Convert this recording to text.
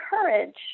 courage